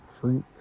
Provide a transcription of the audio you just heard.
fruit